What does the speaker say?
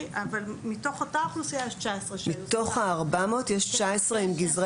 מתוך אותה אוכלוסייה יש 19. מתוך ה-400 יש 19 עם גזרי